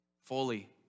fully